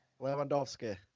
Lewandowski